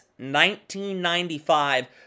1995